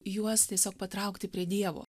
juos tiesiog patraukti prie dievo